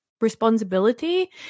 responsibility